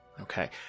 Okay